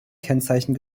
kennzeichen